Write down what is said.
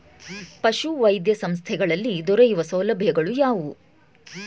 ಪಶುವೈದ್ಯ ಸಂಸ್ಥೆಗಳಲ್ಲಿ ದೊರೆಯುವ ಸೌಲಭ್ಯಗಳು ಯಾವುವು?